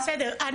--- בסדר,